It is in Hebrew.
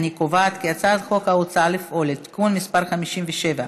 אני קובעת כי הצעת חוק ההוצאה לפועל (תיקון מס' 57),